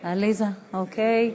עליזה, אוקיי.